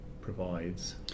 provides